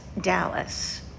Dallas